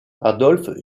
adolphe